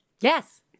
yes